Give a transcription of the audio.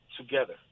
together